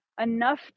enough